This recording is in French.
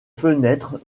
fenêtres